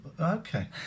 Okay